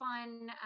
fun